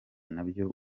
nabyo